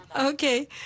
Okay